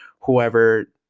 whoever